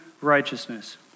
righteousness